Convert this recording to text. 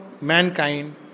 Mankind